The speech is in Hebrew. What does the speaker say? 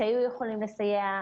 שהיו יכולות לסייע,